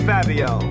Fabio